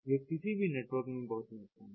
यह किसी भी नेटवर्क में बहुत महत्वपूर्ण है